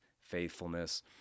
faithfulness